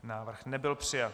Návrh nebyl přijat.